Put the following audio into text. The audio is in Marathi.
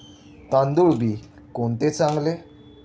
तांदूळ बी कोणते चांगले?